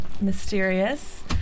mysterious